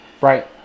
Right